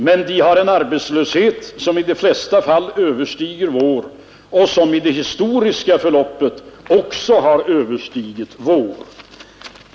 Men de har en arbetslöshet, som i de flesta fall överstiger vår och som i det historiska förloppet också har överstigit vår.